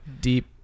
Deep